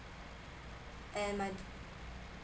and my